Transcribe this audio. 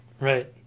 Right